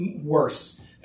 Worse